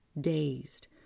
dazed